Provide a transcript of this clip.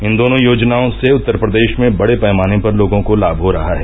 इन दोनों योजनाओं से उत्तर प्रदेश में बड़े पैमाने पर लोगों को लाभ हो रहा है